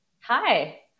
Hi